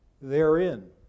therein